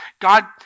God